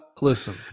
listen